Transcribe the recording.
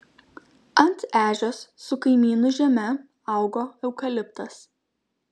ant ežios su kaimynų žeme augo eukaliptas